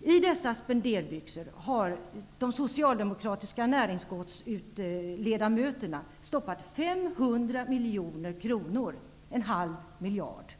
I dessa spenderbyxor har de socialdemokratiska ledamöterna i näringsutskottet stoppat 500 miljoner kronor, dvs. en halv miljard.